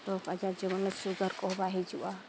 ᱨᱳᱜᱽ ᱟᱡᱟᱨ ᱡᱮᱢᱚᱱ ᱥᱩᱜᱟᱨ ᱠᱚᱦᱚᱸ ᱵᱟᱝ ᱦᱤᱡᱩᱜᱼᱟ